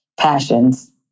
passions